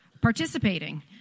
participating